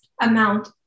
amount